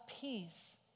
peace